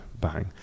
bang